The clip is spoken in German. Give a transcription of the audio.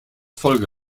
folge